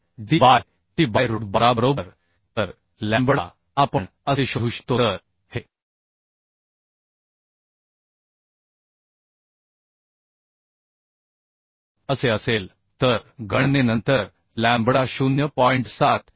7 d by t by root 12 बरोबर तर lambda आपण असे शोधू शकतो तर हे असे असेल तर गणनेनंतर लॅम्बडा 0